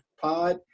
pod